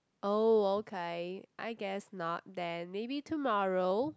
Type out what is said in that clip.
oh okay I guess not then maybe tomorrow